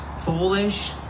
foolish